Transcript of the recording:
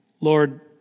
Lord